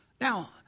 Now